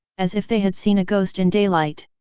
as if they had seen a ghost in daylight.